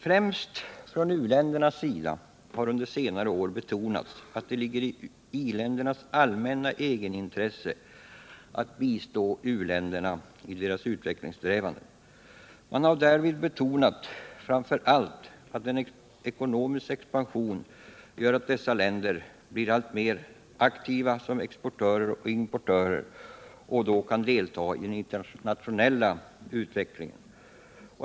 Främst från u-ländernas sida har det under senare år betonats att det ligger i i-ländernas allmänna egenintresse att bistå u-länderna i deras utvecklingssträvanden. Man har därvid framför allt betonat att en ekonomisk expansion gör att u-länderna blir alltmer aktiva som exportörer och importörer och då kan delta i den internationella utvecklingen.